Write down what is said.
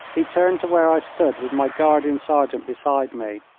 he turned to where i stood with my guardian sergeant beside me.